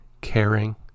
Caring